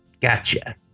Gotcha